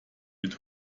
mit